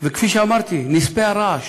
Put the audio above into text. וכפי שאמרתי, נספי הרעש,